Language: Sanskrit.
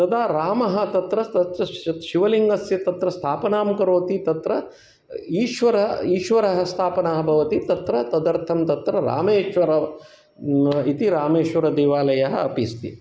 तदा रामः तत्र तत्र शिव् शिवलिङ्गस्य तत्र स्थापनं करोति तत्र ईश्वर ईश्वरः स्थापनः भवति तत्र तदर्थं तत्र रामेश्वर इति रामेश्वरदेवालयः अपि अस्ति